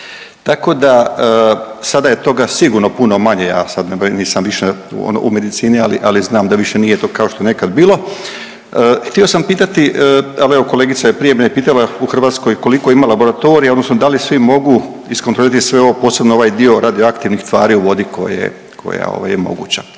tako da sada je toga sigurno puno manje, ja sad ne brojim nisam više u medicini ali znam da više nije to kao što je nekad bilo. Htio sam pitati, ali evo kolegica je prije mene pitala u Hrvatskoj koliko ima laboratorija, odnosno da li svi mogu iskontrolirati sve ovo posebno ovaj dio radioaktivnih tvari u vodi koja je moguća?